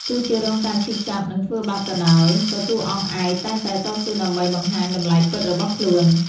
ទោះជារងការឈឺចាប់ និងធ្វើបាបក៏ដោយ ក៏តួអង្គឯកតែងតែតស៊ូដើម្បីបង្ហាញតម្លៃពិតរបស់ខ្លួន។